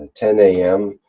ten am,